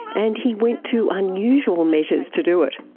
and he went to unusual measures to do it.